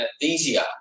easier